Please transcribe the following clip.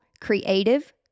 creative